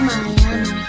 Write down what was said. Miami